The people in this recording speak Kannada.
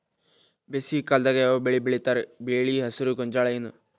ಬೇಸಿಗೆ ಕಾಲದಾಗ ಯಾವ್ ಬೆಳಿ ಬೆಳಿತಾರ, ಬೆಳಿ ಹೆಸರು ಗೋಂಜಾಳ ಏನ್?